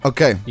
Okay